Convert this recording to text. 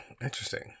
interesting